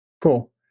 Cool